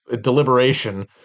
deliberation